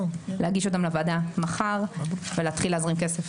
להגיש אותן מחר לוועדה ולהתחיל להזרים כסף